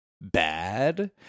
bad